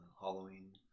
Halloween